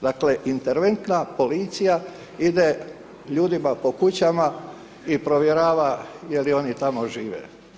Dakle, interventna policija ide ljudima po kućama i provjerava je li oni tamo žive.